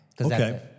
Okay